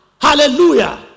Hallelujah